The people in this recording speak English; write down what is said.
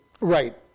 right